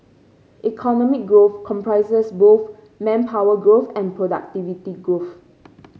economic growth comprises both manpower growth and productivity growth